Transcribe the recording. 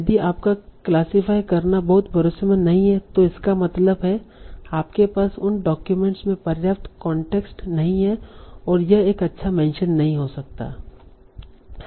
यदि आपका क्लास्सीफ़ाय करना बहुत भरोसेमंद नहीं है तो इसका मतलब है आपके पास उन डॉक्यूमेंट में पर्याप्त कांटेक्स्ट नहीं है और यह एक अच्छा मेंशन नहीं हो सकता है